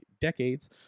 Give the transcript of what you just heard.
decades